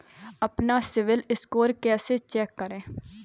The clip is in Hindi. अपना सिबिल स्कोर कैसे चेक करें?